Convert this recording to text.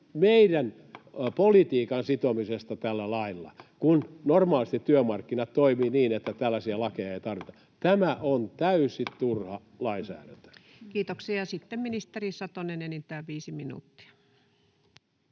meidän politiikan sitomisesta tällä lailla, kun normaalisti työmarkkinat toimivat niin, että tällaisia lakeja ei tarvita? Tämä on täysin turhaa lainsäädäntöä. [Speech 79] Speaker: Ensimmäinen varapuhemies